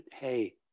hey